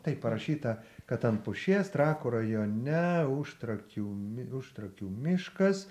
tai parašyta kad ant pušies trakų rajone užtrakių mi užtrakių miškas